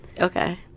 Okay